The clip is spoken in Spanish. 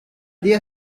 día